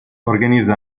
organizza